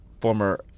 former